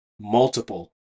multiple